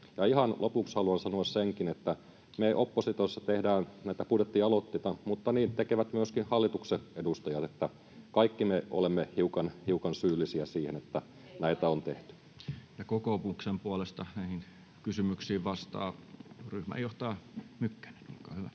lopuksi haluan sanoa senkin, että me oppositiossa tehdään näitä budjettialoitteita, mutta niin tekevät myöskin hallituksen edustajat. Että kaikki me olemme hiukan syyllisiä siihen, että näitä on tehty. [Suna Kymäläinen: Ei kaikki tee!]